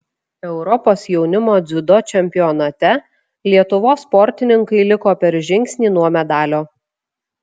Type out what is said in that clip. europos jaunimo dziudo čempionate lietuvos sportininkai liko per žingsnį nuo medalio